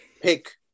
Pick